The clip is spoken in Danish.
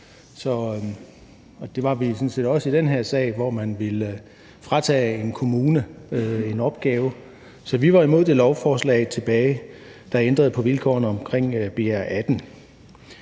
set også i den her sag, hvor man ville fratage en kommune en opgave. Så vi var imod det lovforslag dengang, der ændrede på vilkårene omkring BR18.